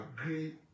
agree